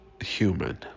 human